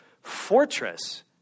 Fortress